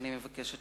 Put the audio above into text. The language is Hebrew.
ואני מבקשת